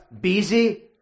busy